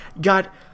got